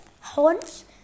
Horns